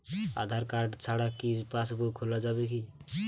আধার card ছাড়া কি পাসবই খোলা যাবে কি?